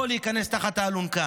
יכול להיכנס תחת האלונקה.